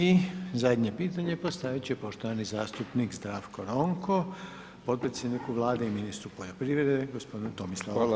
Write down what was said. I zadnje pitanje postaviti će poštovani zastupnik Zdravko Ronko, podpredsjedniku Vlade i ministru poljoprivrede gospodinu Tomislavu Tolušiću.